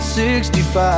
65